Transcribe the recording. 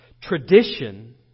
Tradition